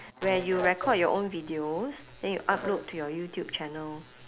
where you record your own videos then you upload to your youtube channel